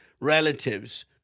relatives